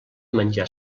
menjar